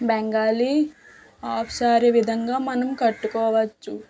Bengali half sari విధంగా మనం కట్టుకోవచ్చు